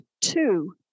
two